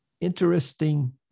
interesting